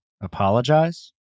apologize